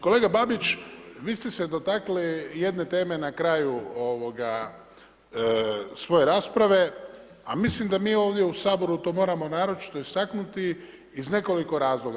Kolega Babić, vi ste dotakli jedne teme na kraju svoje rasprave, a mislim da mi ovdje u Saboru to moramo naročito istaknuti iz nekoliko razloga.